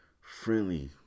friendly